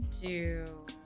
Two